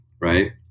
Right